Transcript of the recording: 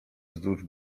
wzdłuż